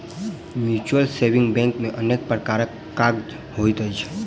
mutual saving bank मे अनेक प्रकारक काज होइत अछि